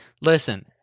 Listen